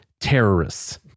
terrorists